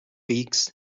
beaks